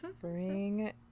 Bring